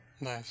nice